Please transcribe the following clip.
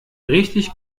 richtig